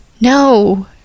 No